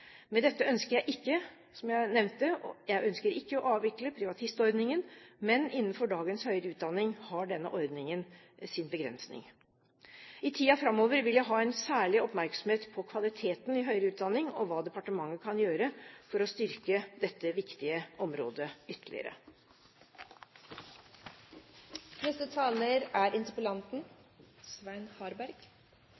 Med dette ønsker jeg ikke, som jeg nevnte, å avvikle privatistordningen, men innenfor dagens høyere utdanning har denne ordningen sin begrensning. I tiden framover vil jeg ha en særlig oppmerksomhet på kvaliteten i høyere utdanning og hva departementet kan gjøre for å styrke dette viktige området ytterligere. Jeg takker for statsrådens innlegg og svar. Jeg er